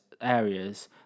areas